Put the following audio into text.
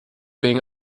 being